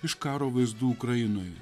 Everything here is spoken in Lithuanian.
iš karo vaizdų ukrainoje